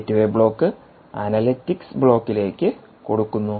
gateway block analytics ബ്ലോക്കിലേക് കൊടുക്കുന്നു